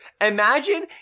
Imagine